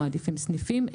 שמעדיפים סניפים,